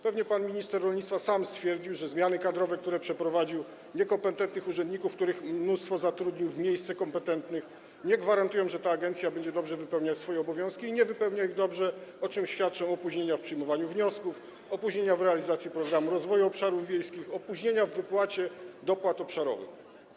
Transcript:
Pewnie pan minister rolnictwa sam stwierdził, że zmiany kadrowe, które przeprowadził, niekompetentni urzędnicy, których mnóstwo zatrudnił w miejsce kompetentnych, nie gwarantują, że ta agencja będzie dobrze wypełniać swoje obowiązki i nie wypełnia ich dobrze, o czym świadczą opóźnienia w przyjmowaniu wniosków, opóźnienia w realizacji Programu Rozwoju Obszarów Wiejskich, opóźnienia w wypłacie dopłat obszarowych.